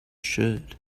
should